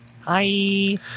Hi